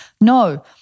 No